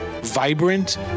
Vibrant